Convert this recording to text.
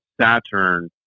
Saturn